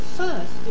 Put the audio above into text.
First